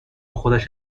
خودش